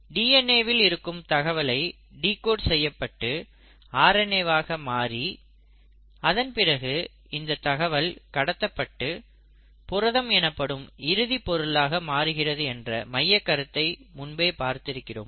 DNA வில் இருக்கும் தகவல் டிகோட் செய்யப்பட்டு ஆர்என்ஏ வாக மாறி அதன்பிறகு இந்த தகவல் கடத்தப்பட்டு புரதம் எனப்படும் இறுதி பொருளாக மாறுகிறது என்ற மையக்கருத்தை முன்பே பார்த்திருக்கிறோம்